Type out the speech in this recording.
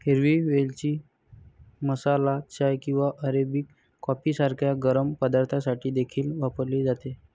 हिरवी वेलची मसाला चाय किंवा अरेबिक कॉफी सारख्या गरम पदार्थांसाठी देखील वापरली जाते